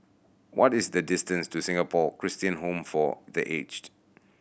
what is the distance to Singapore Christian Home for The Aged